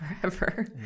forever